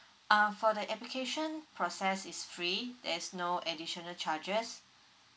ah for the application process it's free there is no additional charges